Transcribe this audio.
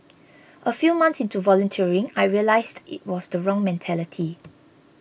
a few months into volunteering I realised it was the wrong mentality